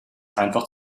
einfach